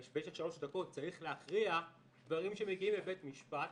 במשך שלוש דקות צריך להכריע דברים שמגיעים לבית משפט.